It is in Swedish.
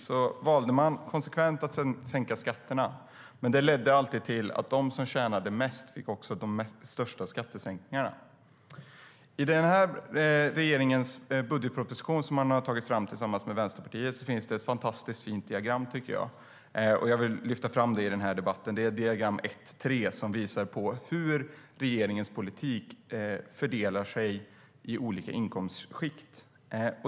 Man valde konsekvent att sänka skatterna, men det ledde alltid till att de som tjänade mest fick de största skattesänkningarna.I den här regeringens budgetproposition, som man har tagit fram tillsammans med Vänsterpartiet, finns det ett fantastiskt fint diagram, tycker jag. Jag vill lyfta fram det i debatten. Det är diagram 1.3, som visar hur regeringens politik fördelar sig i olika inkomstskikt.